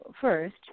first